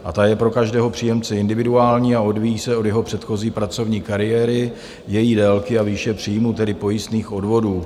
A ta je pro každého příjemce individuální a odvíjí se od jeho předchozí pracovní kariéry, její délky a výše příjmů, tedy pojistných odvodů.